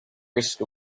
risk